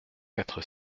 quatre